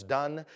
done